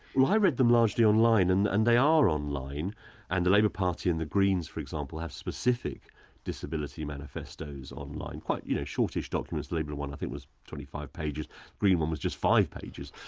well i read them largely online and and they are online and the labour party and the greens, for example, have specific disability manifestos online, quite you know shortish documents the labour one, i think, was twenty five pages the green one was just five pages.